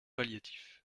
palliatifs